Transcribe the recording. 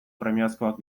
premiazkoak